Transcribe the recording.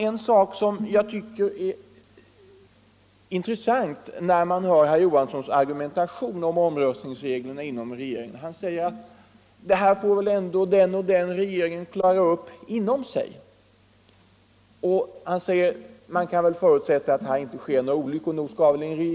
En sak är intressant i herr Johanssons argumentation om omröstningsreglerna i regeringen. Han säger att det här får väl ändå den och den regeringen klara upp inom sig själv och han förutsätter att det då inte sker några olyckor.